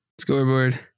scoreboard